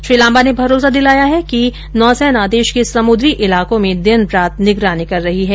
श्री लांबा ने भरोसा दिलाया है कि नौसेना देश के समुद्री इलाकों में दिन रात निगरानी कर रही हैं